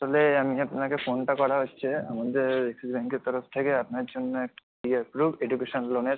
আসলে আমি আপনাকে ফোনটা করা হচ্ছে আমাদের অ্যাক্সিস ব্যাঙ্কের তরফ থেকে আপনার জন্য একটা ফায়ার প্রুফ এডুকেশান লোনের